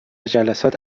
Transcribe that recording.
جلسات